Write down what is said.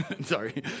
Sorry